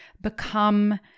Become